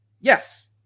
Yes